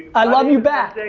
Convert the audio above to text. i love you back.